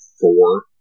Four